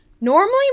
normally